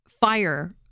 fire